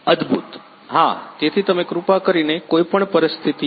અદ્ભુત હા તેથી તમે કૃપા કરીને કોઈ પણ પરિસ્થિતિમાં અમને લઈ શકો